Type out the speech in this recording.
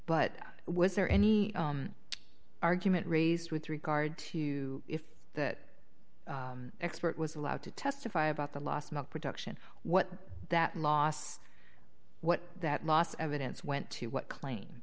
but was there any argument raised with regard to if that expert was allowed to testify about the last milk production what that loss what that last evidence went to what claim